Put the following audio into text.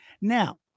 Now